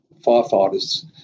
firefighters